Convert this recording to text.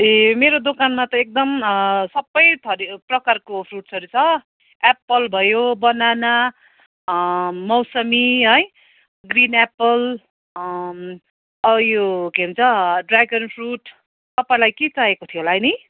ए मेरो दोकानमा त एकदम सबैथरी प्रकारको फ्रुट्सहरू छ एप्पल भयो बनाना मौसमी है ग्रिन एप्पल यो के भन्छ ड्रेगन फ्रुट्स तपाईँलाई के चाहिएको थियो होला है नि